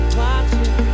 watching